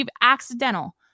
accidental